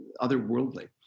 otherworldly